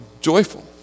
joyful